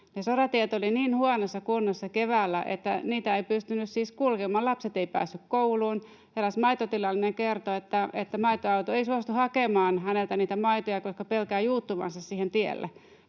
soratiet olivat niin huonossa kunnossa keväällä, että niitä ei pystynyt siis kulkemaan, lapset eivät päässeet kouluun. Eräs maitotilallinen kertoi, että maitoauto ei suostu hakemaan häneltä niitä maitoja, koska pelkää juuttuvansa siihen